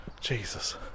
Jesus